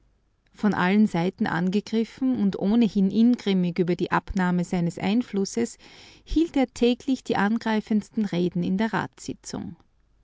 von allen seiten angegriffen und ohnehin ingrimmig über die abnahme seines einflusses hielt er täglich die angreifendsten reden in der ratssitzung